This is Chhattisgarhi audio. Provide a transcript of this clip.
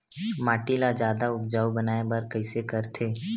माटी ला जादा उपजाऊ बनाय बर कइसे करथे?